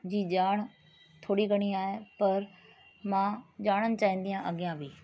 जी ॼाण थोरी घणी आहे पर मां ॼाणण चाहूंदी आहियां अॻियां बि